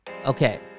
Okay